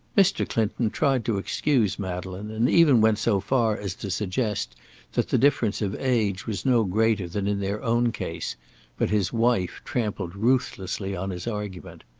mr. clinton tried to excuse madeleine, and even went so far as to suggest that the difference of age was no greater than in their own case but his wife trampled ruthlessly on his argument.